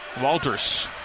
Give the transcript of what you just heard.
Walters